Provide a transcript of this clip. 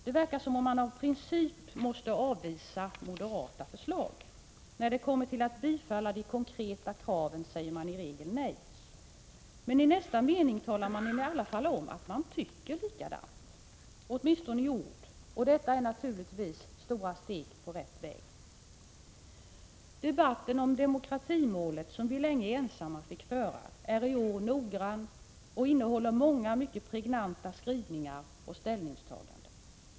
Det verkar som om man av princip måste avvisa moderata förslag. När det blir fråga om att bifalla de konkreta kraven säger man i regel nej. Men i nästa mening talar man i alla fall om att man tycker likadant — åtminstone i ord. Detta är naturligtvis ett stort steg på rätt väg. Debatten om demokratimålet, som vi länge fick föra ensamma, är i år noggrann och innehåller många mycket pregnanta skrivningar och ställningstaganden.